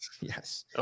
Yes